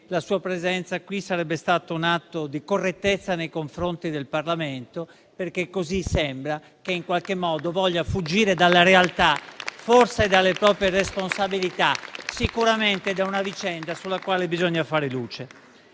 la sua presenza qui sarebbe stata un atto di correttezza nei confronti del Parlamento, perché così sembra che in qualche modo voglia fuggire dalla realtà, forse dalle proprie responsabilità, ma sicuramente da una vicenda sulla quale bisogna fare luce.